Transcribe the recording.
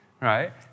Right